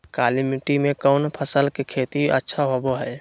काली मिट्टी में कौन फसल के खेती अच्छा होबो है?